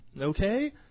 Okay